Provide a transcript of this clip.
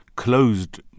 closed